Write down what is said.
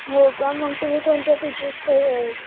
हो का मग तुम्ही कोणत्या